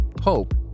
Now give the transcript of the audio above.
Hope